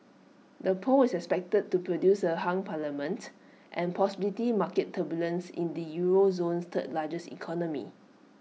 the poll is expected to produce A hung parliament and possibly market turbulence in the euro zone's third largest economy